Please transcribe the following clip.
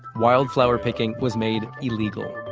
wildflower picking was made illegal.